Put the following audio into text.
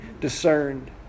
discerned